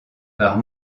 par